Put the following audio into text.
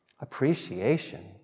appreciation